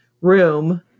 room